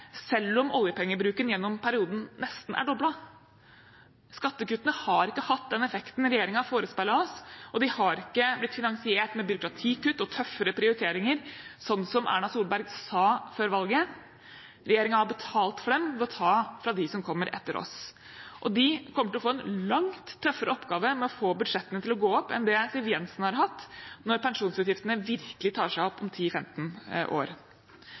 selv om oljepengebruken gjennom perioden nesten er doblet. Skattekuttene har ikke hatt den effekten regjeringen forespeilet oss, og de har ikke blitt finansiert med byråkratikutt og tøffere prioriteringer, som Erna Solberg sa før valget. Regjeringen har betalt for dem ved å ta fra dem som kommer etter oss. De kommer til å få en langt tøffere oppgave med å få budsjettene til å gå opp enn det Siv Jensen har hatt, når pensjonsutgiftene virkelig tar seg opp om 10–15 år.